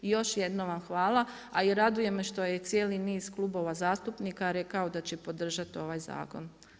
I još jednom vam hvala a i radujem me što je cijeli niz klubova zastupnika rekao da će podržati ovaj zakon.